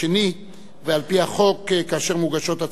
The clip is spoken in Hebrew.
יריב לוין וחיים כץ וקבוצת חברי הכנסת,